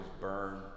burn